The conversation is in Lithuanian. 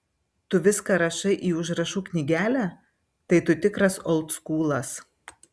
tu viską rašai į užrašų knygelę tai tu tikras oldskūlas